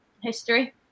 history